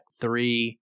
three